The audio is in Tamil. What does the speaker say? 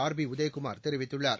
ஆர்பி உதயகுமார் தெரிவித்துள்ளார்